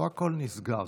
לא הכול נסגר.